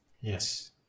Yes